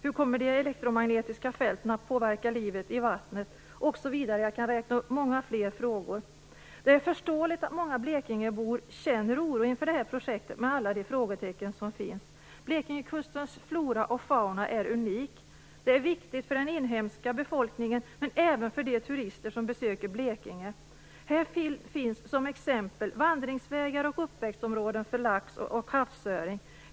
Hur kommer de elektromagnetiska fälten att påverka livet i vattnet? Jag kan räkna upp många fler frågor. Det är förståeligt att många blekingebor känner oro inför det här projektet med alla de frågetecken som finns. Blekingekustens flora och fauna är unik. Den är viktig för den inhemska befolkningen, men även för de turister som besöker Blekinge. Här finns t.ex. vandringsvägar och uppväxtområden för lax och havsöring.